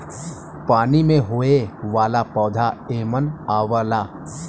पानी में होये वाला पौधा एमन आवला